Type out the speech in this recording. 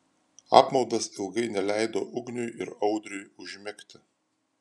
apmaudas ilgai neleido ugniui ir audriui užmigti